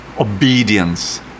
obedience